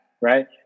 Right